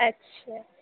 اچھا